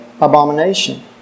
abomination